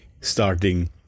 starting